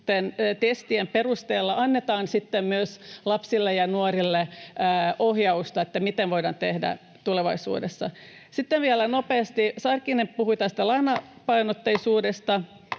‑testien, perusteella annetaan sitten myös lapsille ja nuorille ohjausta, miten voidaan tehdä tulevaisuudessa. [Vastauspuheenvuoropyyntöjä] Sitten vielä nopeasti: Sarkkinen puhui tästä lainapainotteisuudesta